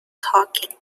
talking